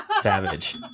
savage